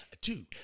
two